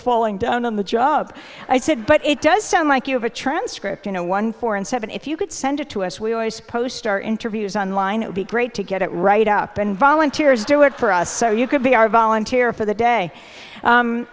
falling down on the job i said but it does sound like you have a transcript you know one four and seven if you could send it to us we always post our interviews on line would be great to get it right up and volunteers do it for us so you could be our volunteer for the day